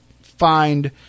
find